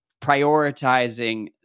prioritizing